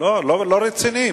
לא רציני.